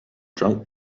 drunk